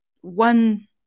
one